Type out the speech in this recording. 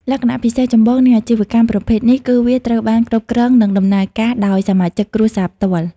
លក្ខណៈពិសេសចម្បងនៃអាជីវកម្មប្រភេទនេះគឺវាត្រូវបាន គ្រប់គ្រងនិងដំណើរការដោយសមាជិកគ្រួសារផ្ទាល់។